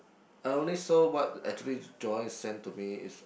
I only saw what actually Joyce send to me is